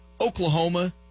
Oklahoma